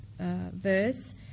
verse